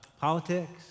politics